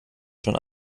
schon